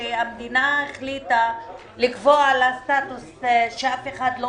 שהמדינה החליטה לקבוע לה סטטוס שאף אחד לא